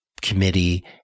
committee